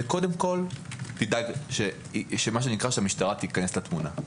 זה קודם כל תדאג שהמשטרה תיכנס לתמונה.